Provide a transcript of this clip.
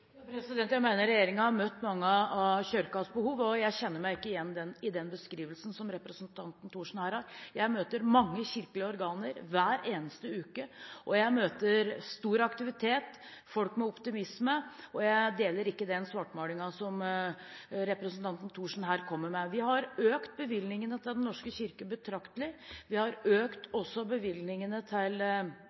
Jeg mener regjeringen har møtt mange av Kirkens behov, og jeg kjenner meg ikke igjen i den beskrivelsen representanten Thorsen her har. Jeg møter mange kirkelige organer hver eneste uke, jeg møter stor aktivitet og folk med optimisme, og jeg deler ikke den svartmalingen representanten Thorsen her kommer med. Vi har økt bevilgningene til Den norske kirke betraktelig. Vi har også økt bevilgningene til